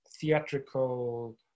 theatrical